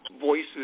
voices